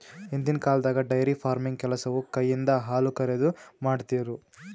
ಹಿಂದಿನ್ ಕಾಲ್ದಾಗ dairy farming ಕೆಲಸವು ಕೈಯಿಂದ ಹಾಲುಕರೆದು, ಮಾಡ್ತಿರು